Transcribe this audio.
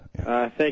Thank